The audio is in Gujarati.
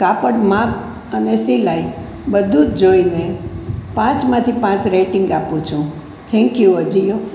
કાપડ માપ અને સિલાઈ બધું જોઈને પાંચમાંથી પાંચ રેટિંગ આપું છું થેન્ક્યુ અજીઓ